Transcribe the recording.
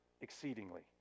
exceedingly